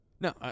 No